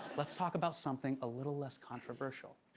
let's talk about something a little less controversial.